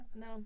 no